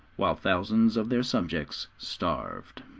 while thousands of their subjects starved.